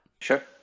Sure